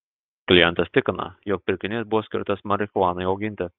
klientas tikina jog pirkinys buvo skirtas marihuanai auginti